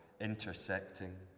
intersecting